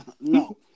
no